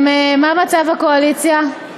מה מצב הקואליציה?